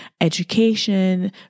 education